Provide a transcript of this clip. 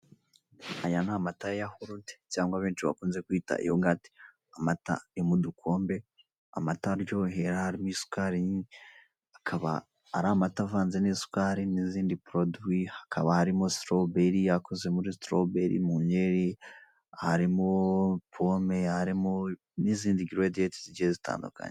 Aya ni amata ya yahurute cyangwa benshi bakunze kwita yoghurt, amata yo mu dukombe amata aryohera harimo isukari nyinshi akaba ari amata avanze n'isukari n'izindi produit hakaba harimo strawberry akoze muri strawberry mu nkeri, harimo pome, harimo n'izindi ingredients zigiye zitandukanye.